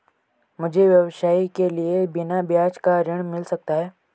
मुझे व्यवसाय के लिए बिना ब्याज का ऋण मिल सकता है?